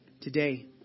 today